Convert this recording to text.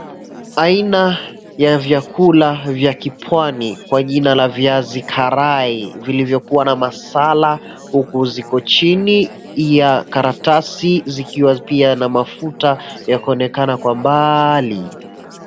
Aina ya vyakula via kipwani kwa jina la viazi karai vilivyokuwa na masala, huku ziko chini ya karatasi zikiwa pia na mafuta ya kuonekna kwa mbaali.